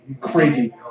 Crazy